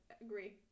agree